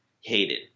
hated